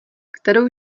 kterou